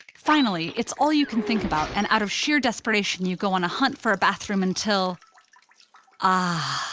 finally, it's all you can think about, and out of sheer desperation, you go on a hunt for a bathroom until ahh.